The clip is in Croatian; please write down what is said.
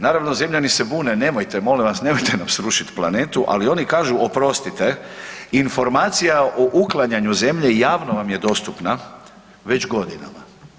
Naravno, zemljani se bune nemojte molim vas, nemojte nam srušiti planetu, ali oni kažu oprostite informacija o uklanjanju zemlje javno vam je dostupna već godinama.